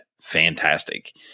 fantastic